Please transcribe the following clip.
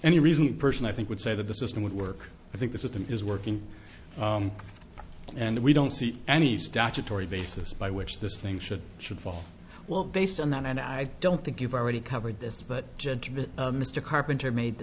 any reason person i think would say that the system would work i think this is is working and we don't see any statutory basis by which this thing should should fall well based on that and i don't think you've already covered this but judgment mr carpenter made the